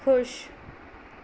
ਖੁਸ਼